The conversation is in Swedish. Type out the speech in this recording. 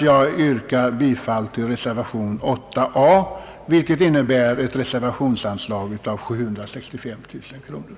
Jag yrkar bifall till reservation a, vilket innebär ett reservationsanslag på 765 000 kronor.